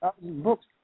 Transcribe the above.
books